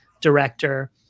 director